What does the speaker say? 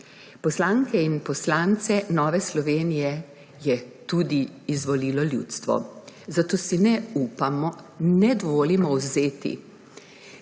Poslanke in poslance Nove Slovenije je tudi izvolilo ljudstvo. Zato si ne upamo, ne dovolimo vzeti